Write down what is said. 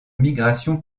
migration